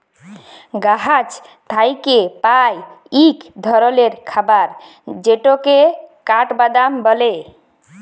গাহাচ থ্যাইকে পাই ইক ধরলের খাবার যেটকে কাঠবাদাম ব্যলে